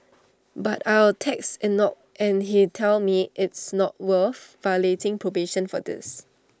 but I'll text Enoch and he'd tell me it's not worth violating probation for this